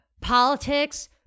politics